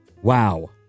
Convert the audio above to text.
Wow